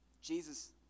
Jesus